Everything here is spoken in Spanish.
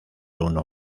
uno